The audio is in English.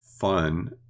fun